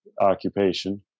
occupation